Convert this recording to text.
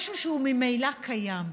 משהו שהוא ממילא קיים.